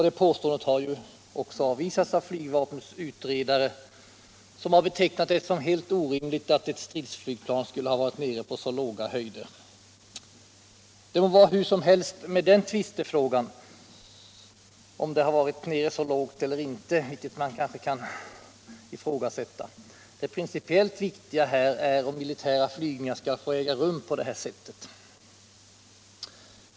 Det påståendet har avvisats av flygvapnets utredare som betecknat det som helt orimligt att ett stridsflygplan skulle ha varit nere på så låg höjd. Det må vara hur som helst med den tvistefrågan — det principiellt viktiga är om militära flygningar skall få äga rum på detta sätt.